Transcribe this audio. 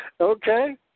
Okay